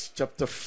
chapter